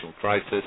crisis